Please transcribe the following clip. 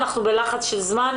אנחנו בלחץ של זמן,